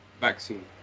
Vaccine